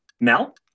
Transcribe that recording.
Mel